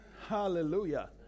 Hallelujah